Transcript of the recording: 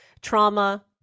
trauma